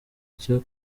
cyo